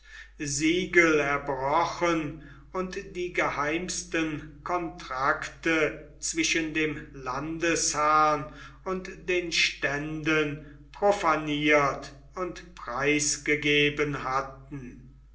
siegel erbrochen und die geheimsten contracte zwischen dem landesherrn und den ständen profanirt und preisgegeben hätten